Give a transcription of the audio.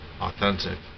authentic